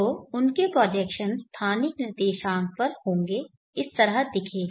तो उनके प्रोजेक्शन स्थानिक निर्देशांक पर होंगे इस तरह दिखेगा